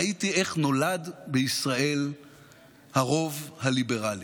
ראיתי איך נולד בישראל הרוב הליברלי.